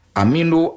amino